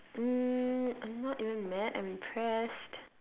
um I'm not even mad I'm impressed